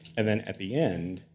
and then at the end,